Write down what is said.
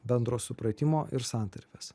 bendro supratimo ir santarvės